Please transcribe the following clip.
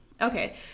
okay